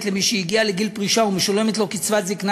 למי שהגיע לגיל פרישה ומשולמת לו קצבת זיקנה,